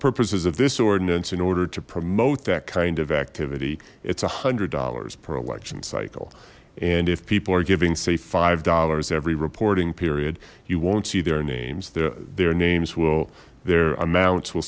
purposes of this ordinance in order to promote that kind of activity it's one hundred dollars per election cycle and if people are giving say five dollars every reporting period you won't see their names their names will their amounts will